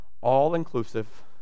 all-inclusive